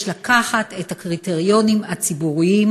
יש לקחת את הקריטריונים הציבוריים,